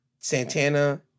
Santana